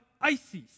ISIS